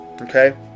Okay